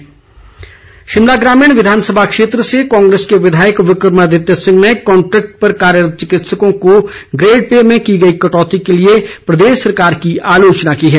Wick मादित्य Shimla ग्रामीण विधानसभा क्षेत्र से कांग्रेस के विधायक विक्रमादित्य सिंह ने कांट्रेक्ट पर कार्यरत चिकित्सको की ग्रेड पे में की गई कटौती के लिए प्रदेश सरकार की आलोचना की है